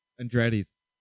Andretti's